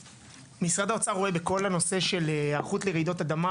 משרד האוצר רואה בכל הנושא של היערכות לרעידות אדמה,